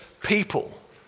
people